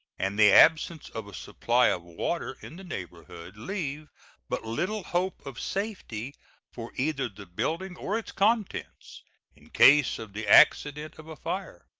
and the absence of a supply of water in the neighborhood leave but little hope of safety for either the building or its contents in case of the accident of a fire.